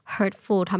hurtful